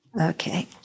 Okay